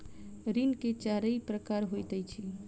ऋण के चाइर प्रकार होइत अछि